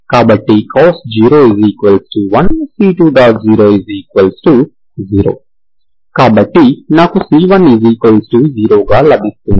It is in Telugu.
కాబట్టి నాకు c10 గా లభిస్తుంది